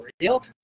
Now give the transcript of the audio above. real